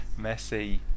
Messi